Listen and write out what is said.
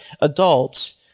adults